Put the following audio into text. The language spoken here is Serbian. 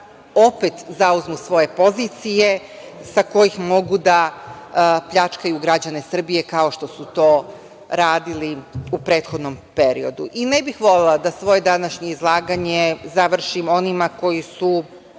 zauzmu svoje pozicije sa kojih mogu da pljačkaju građane Srbije kao što su to radili u prethodnom periodu.I ne bih volela da svoje današnje izlaganje završim onima koji su